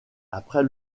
après